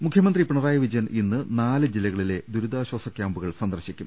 മുഖ്യമന്ത്രി പിണറായി വിജയൻ ഇന്ന് നാല് ജില്ലകളിലെ ദുരി താശ്വാസ ക്യാമ്പുകൾ സന്ദർശിക്കും